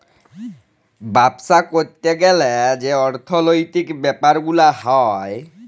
বাপ্সা ক্যরতে গ্যালে যে অর্থলৈতিক ব্যাপার গুলা হ্যয়